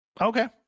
Okay